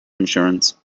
insurance